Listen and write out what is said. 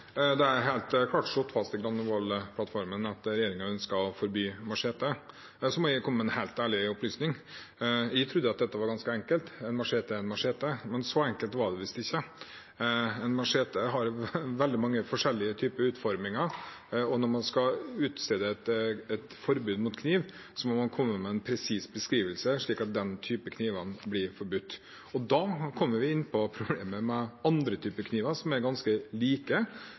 en ærlig opplysning: Jeg trodde dette var ganske enkelt, at en machete var en machete, men så enkelt var det visst ikke. En machete har veldig mange forskjellige utforminger, og når man skal utstede et forbud mot kniv, må man komme med en presis beskrivelse, sånn at den typen kniver blir forbudt. Da kommer vi inn på problemet med andre typer kniver, som er ganske like,